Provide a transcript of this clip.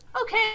Okay